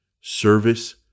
service